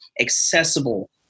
accessible